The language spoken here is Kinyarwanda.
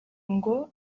ngo